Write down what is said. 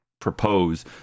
propose